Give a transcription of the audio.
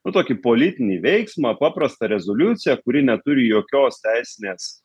nu tokį politinį veiksmą paprastą rezoliuciją kuri neturi jokios teisinės